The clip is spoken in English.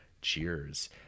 Cheers